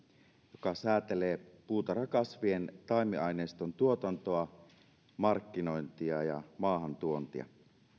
joka säätelee puutarhakasvien taimiaineiston tuotantoa markkinointia ja maahantuontia